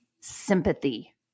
sympathy